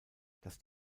dass